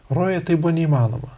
rojuje tai buvo neįmanoma